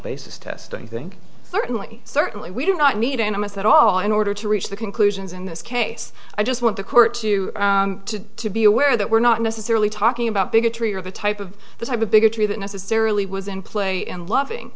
basis testing think certainly certainly we do not need enemies at all in order to reach the conclusions in this case i just want the court to to to be aware that we're not necessarily talking about bigotry or the type of the type of bigotry that necessarily was in play and loving